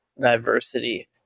diversity